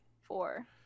Four